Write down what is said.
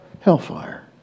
hellfire